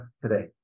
today